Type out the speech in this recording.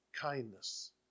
kindness